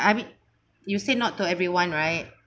I mean you said not to everyone right